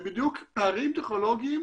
זה בדיוק פערים טכנולוגיים,